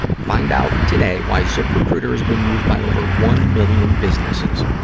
find out today why ziprecruiter has been used by over one million businesses.